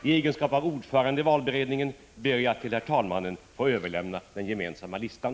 I egenskap av ordförande i valberedningen ber jag att till herr talmannen få överlämna den gemensamma listan.